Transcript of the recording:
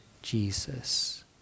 jesus